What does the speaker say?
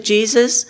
Jesus